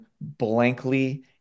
blankly